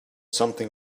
something